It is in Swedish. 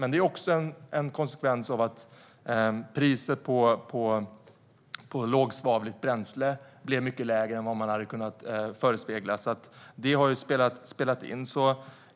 Men det är också en konsekvens av att priset på lågsvavligt bränsle blev mycket lägre än vad man hade kunnat vänta sig, vilket har spelat in.